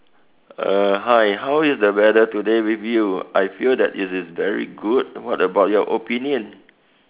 err hi how is the weather today with you I feel that it is very good what about your opinion